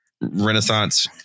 renaissance